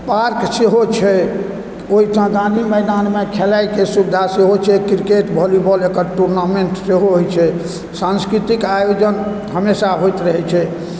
park सेहो छै ओहिठाम गाँधी मैदानमे खेलायके सुविधा सेहो छै क्रिकेट वॉलिबॉल एकर टूर्नांमेन्ट सेहो होइ छै सांस्कृतिक आयोजन हमेशा होइत रहै छै